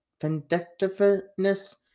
vindictiveness